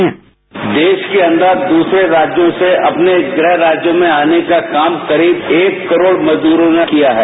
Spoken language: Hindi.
साउंड बाईट देश के अंदर दूसरे राज्यों से अपने गृह राज्यों में आने का काम करीब एक करोड़ मजदूरों ने किया है